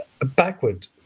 backward